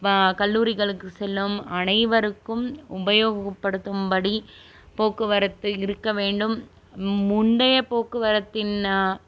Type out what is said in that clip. கல்லூரிகளுக்கு செல்லும் அனைவருக்கும் உபயோகப்படுத்தும் படி போக்குவரத்து இருக்க வேண்டும் முந்தைய போக்குவரத்தின்